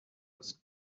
was